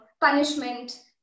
punishment